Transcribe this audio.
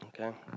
Okay